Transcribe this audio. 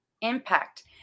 Impact